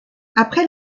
après